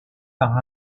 par